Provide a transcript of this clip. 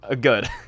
Good